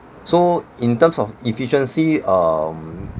so in terms of efficiency um